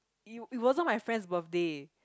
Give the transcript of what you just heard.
it it wasn't my friend's birthday